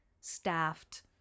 staffed